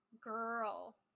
girl